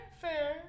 Fair